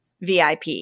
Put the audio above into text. VIP